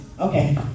Okay